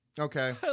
Okay